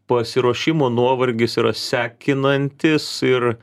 pasiruošimo nuovargis yra sekinantis ir